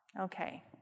Okay